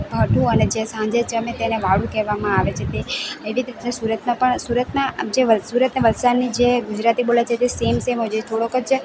ભાથું અને જે સાંજે જમે તેને વાળુ કહેવામાં આવે છે એવી રીતના સુરતમાં આમ જે સુરત અને વલસાડની જે ગુજરાતી બોલાય છે તે સેમ સેમ હોય છે થોડોક જ